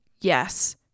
Yes